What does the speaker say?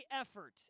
effort